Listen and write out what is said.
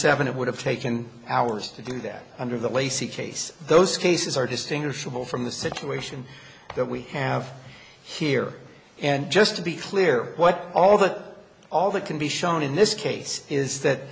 seven it would have taken hours to do that under the lacy case those cases are distinguishable from the situation that we have here and just to be clear what all that all that can be shown in this case is that